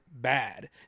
bad